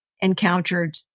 encountered